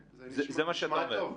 זה מה שאמרת?